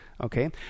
okay